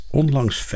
onlangs